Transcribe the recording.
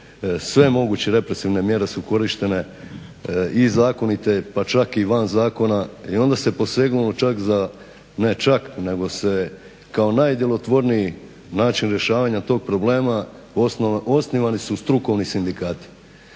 sve moguće represivne mjere su korištene i zakonite pa čak i van zakona i onda se posegnulo čak za, ne čak nego se kao najdjelotvorniji način rješavanja tog problema osnivani su strukovni sindikati.